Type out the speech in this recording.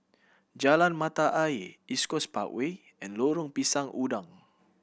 Jalan Mata Ayer East Coast Parkway and Lorong Pisang Udang